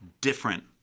different